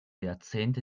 jahrzehnte